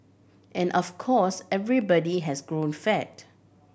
and of course everybody has grown fat